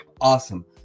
awesome